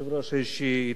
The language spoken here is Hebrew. איזושהי התקדמות.